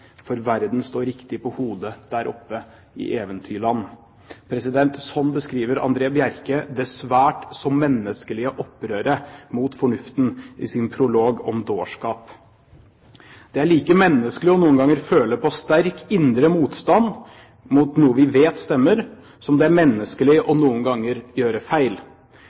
for verden står riktig på hodet der oppe i Eventyrland!» Slik beskriver André Bjerke det svært så menneskelige opprøret mot fornuften i sin prolog om dårskap. Det er like menneskelig noen ganger å føle på sterk indre motstand mot noe vi vet stemmer, som det er menneskelig noen ganger å gjøre feil.